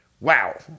wow